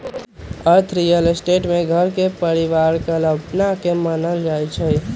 अर्थ real estate में घर के परिकल्पना के मूल मानल जाई छई